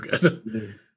good